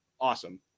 awesome